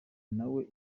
nawe